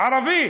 ערבי.